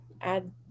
add